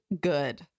good